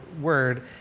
word